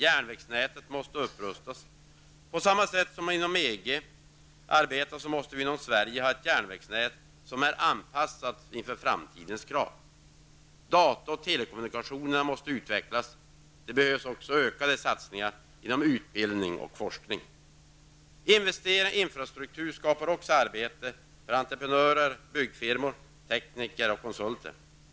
Järnvägsnätet måste upprustas. På samma sätt som inom EG måste Sverige ha ett järnvägsnät som är anpassat för framtidens krav. Data och telekommunikationerna måste utvecklas. Det behövs också ökade satsningar inom utbildning och forskning. Investeringar i infrastruktur skapar också arbete för entreprenörer, byggfirmor, tekniker och konsulter.